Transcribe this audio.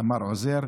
תמר עוזר,